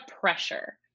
pressure